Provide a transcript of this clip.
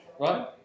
Right